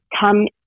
come